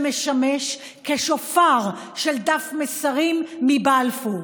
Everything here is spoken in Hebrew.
שמשמש כשופר של דף מסרים מבלפור.